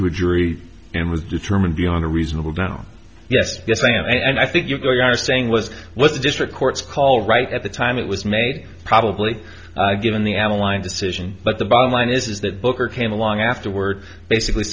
to a jury and was determined beyond a reasonable doubt yes yes i am and i think you're going are saying was what the district courts call right at the time it was made probably given the adeline decision but the bottom line is is that booker came along afterward basically